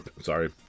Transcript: sorry